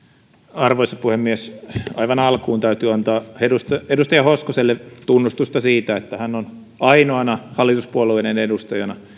arvoisa puhemies aivan alkuun täytyy antaa edustaja edustaja hoskoselle tunnustusta siitä että hän on ainoana hallituspuolueiden edustajana